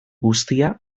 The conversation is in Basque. guztia